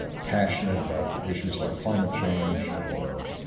ah passionate about issues like climate change or